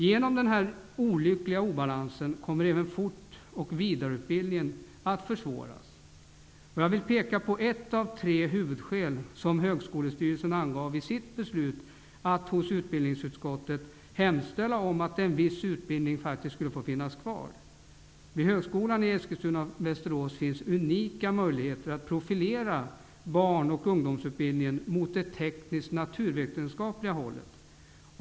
Genom den olyckliga obalansen kommer även fort och vidareutbildningen att försvåras. Jag vill ta upp ett av de tre huvudskäl som Högskolestyrelsen angav i sitt beslut att hos utbildningsutskottet hemställa om att en viss utbildning faktiskt skulle få finnas kvar. ''Vid högskolan i Eskilstuna/Västerås finns unika möjligheter att profilera barn och ungdomsutbildning mot det teknisktnaturvetenskapliga hållet.